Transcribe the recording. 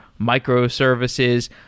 microservices